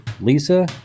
Lisa